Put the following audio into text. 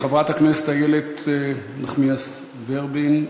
חברת הכנסת איילת נחמיאס ורבין.